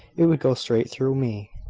it would go straight through me.